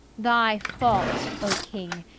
thy fault, o king,